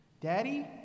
Daddy